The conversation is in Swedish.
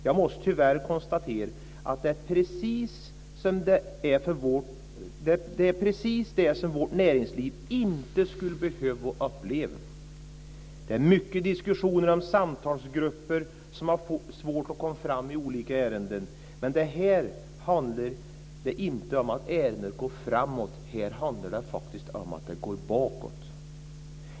Jag måste tyvärr konstatera att det är precis det som vårt näringsliv inte skulle behöva uppleva. Det är mycket diskussioner om samtalsgrupper som har svårt att komma fram i olika ärenden, men här handlar det inte om att ärendet går framåt; här handlar det faktiskt om att det går bakåt.